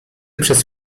przez